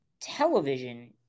television